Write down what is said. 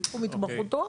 בתחום התמחותו.